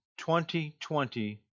2020